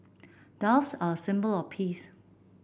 doves are a symbol of peace